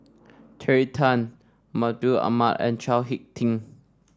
Terry Tan Mahmud Ahmad and Chao HicK Tin